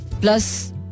plus